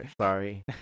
sorry